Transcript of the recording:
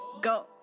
go